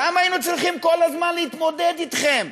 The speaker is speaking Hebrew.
למה היינו כל הזמן להתמודד אתכם?